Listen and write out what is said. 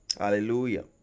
Hallelujah